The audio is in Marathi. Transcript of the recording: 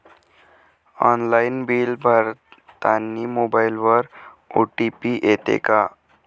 ऑनलाईन बिल भरतानी मोबाईलवर ओ.टी.पी येते का?